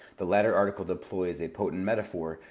the latter article deploys a potent metaphor,